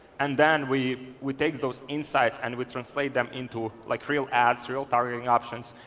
and then we we take those insights and we translate them into like real ads, real targeting options,